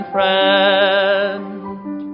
Friend